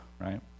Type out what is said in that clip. right